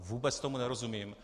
Vůbec tomu nerozumím.